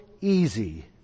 easy